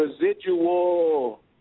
residual